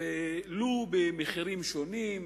ולוּ במחירים שונים,